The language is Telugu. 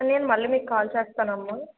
నేను మళ్ళీ మీకు కాల్ చేస్తానమ్మా